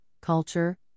culture